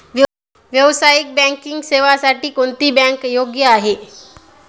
व्यावसायिक बँकिंग सेवांसाठी कोणती बँक योग्य आहे?